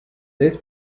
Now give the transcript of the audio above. this